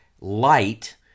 light